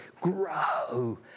grow